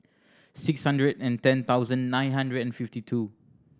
six hundred and ten thousand nine hundred and fifty two